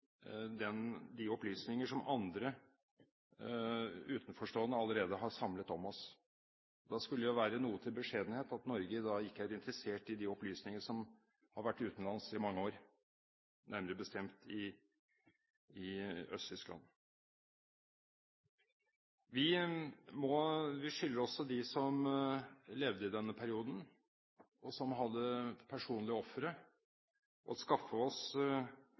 den, som det også er redegjort for, at informasjonen finnes. Det krever ikke store administrative ressurser å systematisere – hvis vi ønsker det som nasjon – de opplysninger som andre, utenforstående, allerede har samlet om oss. Da skulle det være noe til beskjedenhet at Norge ikke er interessert i de opplysningene som har vært utenlands i mange år, nærmere bestemt i Øst-Tyskland. Vi skylder også dem som levde i